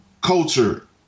culture